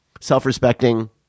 self-respecting